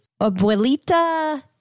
Abuelita